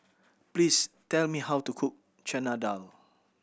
please tell me how to cook Chana Dal